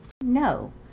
No